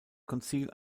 konzil